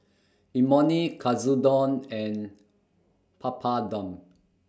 Imoni Katsudon and Papadum